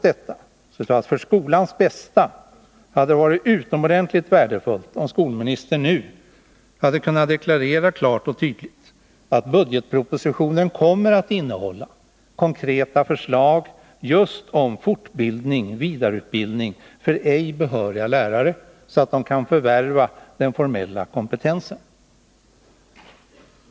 Men för skolans bästa hade det ändå varit utomordentligt värdefullt om skolministern nu klart och tydligt hade kunnat deklarera att budgetpropositionen kommer att innehålla konkreta förslag just om fortbildning och vidareutbildning för ej behöriga lärare, så att de kan förvärva den formella kompetensen.